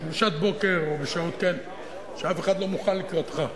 בשעת בוקר, או בשעות כאלה שאף אחד לא מוכן לקראתך.